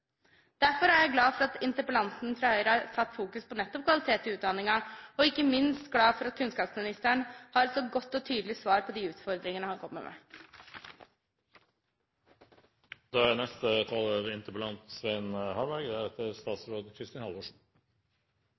Derfor er jeg glad for at interpellanten fra Høyre nettopp har satt fokus på kvalitet i utdanningen, og jeg er ikke minst glad for at kunnskapsministeren har et så godt og tydelig svar på de utfordringene han kommer med.